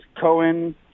Cohen